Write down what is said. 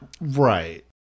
Right